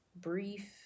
brief